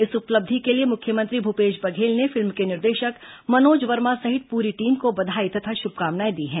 इस उपलब्धि के लिए मुख्यमंत्री भूपेश बघेल ने फिल्म के निर्देशक मनोज वर्मा सहित पूरी टीम को बधाई तथा शुभकामनाएं दी हैं